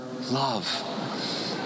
love